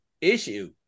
issue